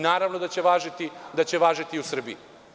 Naravno da će važiti i u Srbiji.